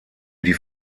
die